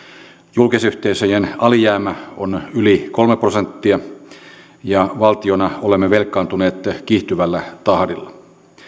julkisyhteisöjen alijäämä on yli kolme prosenttia ja valtiona olemme velkaantuneet kiihtyvällä tahdilla